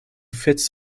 fits